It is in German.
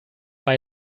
bei